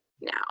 now